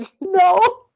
No